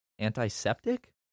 antiseptic